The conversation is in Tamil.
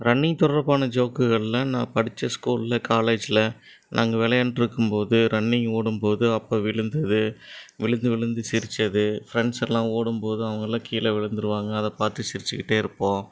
ரன்னிங் தொடர்பான ஜோக்குகளில் நான் படித்த ஸ்கூலில் காலேஜில் நாங்கள் விளையாண்டு இருக்கும் போது ரன்னிங் ஓடும் போது அப்போ விழுந்தது விழுந்து விழுந்து சிரிச்சது ஃப்ரெண்ட்ஸ்யெல்லாம் ஓடும் போதும் அவங்கலாம் கீழே விழுந்துருவாங்க அதை பார்த்து சிரிச்சிக்கிட்டே இருப்போம்